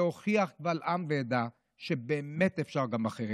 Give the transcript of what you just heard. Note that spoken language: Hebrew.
להוכיח קבל עם ועדה שבאמת אפשר גם אחרת.